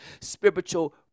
Spiritual